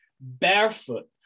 barefoot